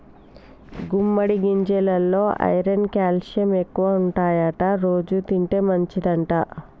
గుమ్మడి గింజెలల్లో iron calcium ఎక్కువుంటాయట రోజు తింటే మంచిదంట